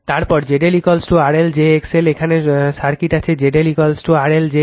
তারপর ZLRL j XL এখানে circuit আছে ZLRL j XL